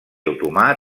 otomà